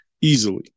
easily